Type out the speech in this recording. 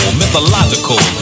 mythological